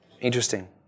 Interesting